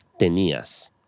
tenías